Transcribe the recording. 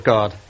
God